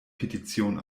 petition